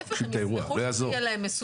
להיפך הם נפתחו כדי שיהיה להם מסודר.